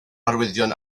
arwyddion